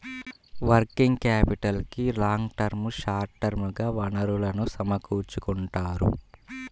working క్యాపిటల్కి long term, short term గా వనరులను సమకూర్చుకుంటారు